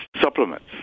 supplements